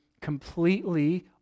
completely